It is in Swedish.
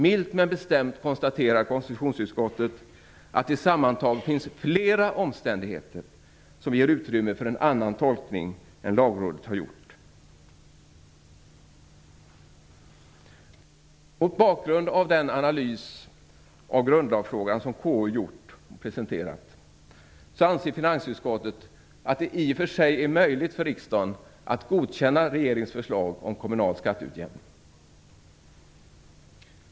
Milt men bestämt konstaterar konstitutionsutskottet att det sammantaget finns flera omständigheter som ger utrymme för en annan tolkning än den som Lagrådet har gjort. Mot bakgrund av den analys av grundlagsfrågan som KU har presenterat anser finansutskottet att det i och för sig är möjligt för riksdagen att godkänna regeringens förslag om kommunal skatteutjämning.